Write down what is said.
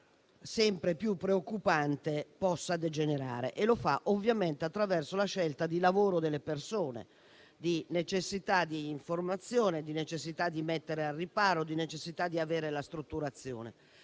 sempre più preoccupante possa degenerare e lo fa attraverso la scelta di lavoro delle persone, necessità di informazione e di mettere al riparo, di avere la strutturazione.